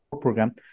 program